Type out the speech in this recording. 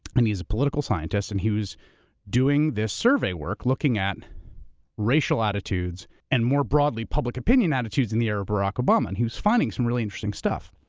and he's a political scientist, and he was doing this survey work, looking at racial attitudes and, more broadly, public-opinion attitudes in the era of barack obama, and he was finding some really interesting stuff.